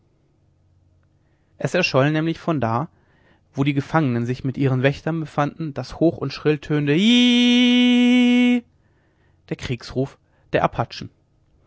es erscholl nämlich von da wo die gefangenen sich mit ihren wächtern befanden das hoch und schrilltönende hiiiiiiiiih der kriegsruf der apachen